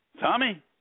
Tommy